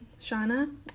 Shauna